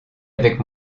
avec